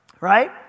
right